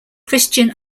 christian